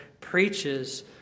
preaches